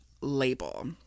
label